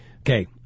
Okay